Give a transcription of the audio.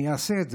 אעשה זאת.